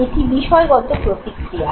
এটি বিষয়গত প্রতিক্রিয়া